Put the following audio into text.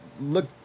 look